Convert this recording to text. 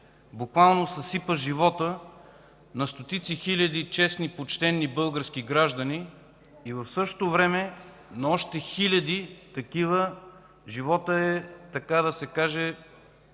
буквално съсипа живота на стотици хиляди честни и почтени български граждани и в същото време на още хиляди такива животът е, така да се каже,